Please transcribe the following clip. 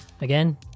again